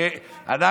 בגלל זה,